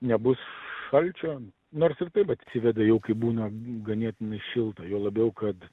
nebus šalčio nors ir taip atsiveda jau kai būna ganėtinai šilta juo labiau kad